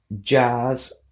Jazz